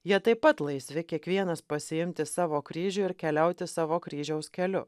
jie taip pat laisvi kiekvienas pasiimti savo kryžių ir keliauti savo kryžiaus keliu